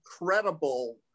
incredible